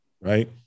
right